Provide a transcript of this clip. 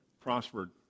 prospered